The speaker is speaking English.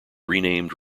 renamed